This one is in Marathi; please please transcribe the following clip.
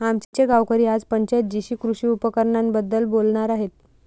आमचे गावकरी आज पंचायत जीशी कृषी उपकरणांबद्दल बोलणार आहेत